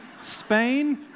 Spain